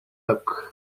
look